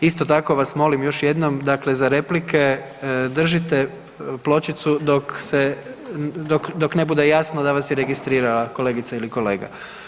Isto tako vas molim još jednom, dakle za replike držite pločicu dok se, dok ne bude jasno da vas je registrirala kolegica ili kolega.